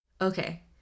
Okay